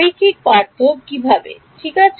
রৈখিক পার্থক্য কিভাবে ঠিক আছে